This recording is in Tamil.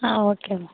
ஆ ஓகேமா